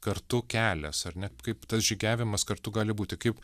kartu kelias ar ne kaip tas žygiavimas kartu gali būti kaip